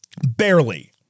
barely